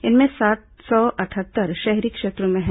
इनमें सात सौ अटहत्तर शहरी क्षेत्रों में है